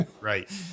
right